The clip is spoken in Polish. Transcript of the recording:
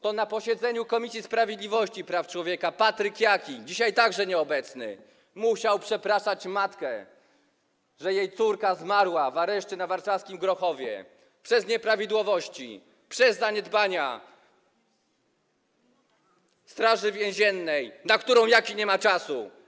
To na posiedzeniu Komisji Sprawiedliwości i Praw Człowieka Patryk Jaki, dzisiaj także nieobecny, musiał przepraszać matkę, że jej córka zmarła w areszcie na warszawskim Grochowie przez nieprawidłowości, przez zaniedbania straży więziennej, na którą Jaki nie ma czasu.